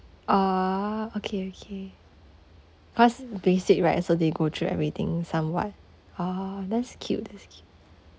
ah okay okay cause basic right so they go through everything somewhat ah that's cute that's cute